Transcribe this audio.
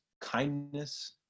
kindness